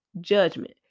judgment